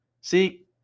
See